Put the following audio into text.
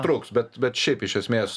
truks bet bet šiaip iš esmės